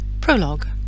Prologue